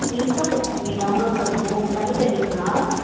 income certificate download பண்ணணும் பண்ணி தருவீங்களா